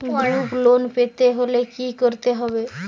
Group loan পেতে হলে কি করতে হবে?